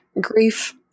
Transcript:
grief